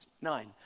Nine